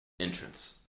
entrance